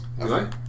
okay